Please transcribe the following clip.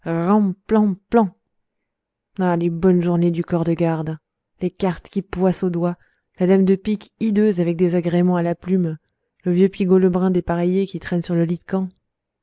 oh les bonnes journées du corps de garde les cartes qui poissent aux doigts la dame de pique hideuse avec des agréments à la plume le vieux pigault lebrun dépareillé qui traîne sur le lit de camp